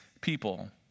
people